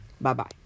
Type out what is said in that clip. Bye-bye